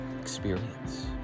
Experience